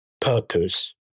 purpose